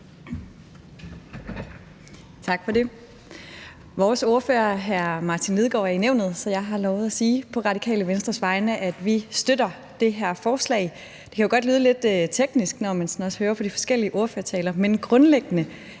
Tak for det. Vores ordfører, hr. Martin Lidegaard, er i Nævnet, så jeg har lovet at sige på Radikale Venstres vegne, at vi støtter det her forslag. Det kan godt lyde lidt teknisk, når man sådan hører de forskellige ordførertaler, men grundlæggende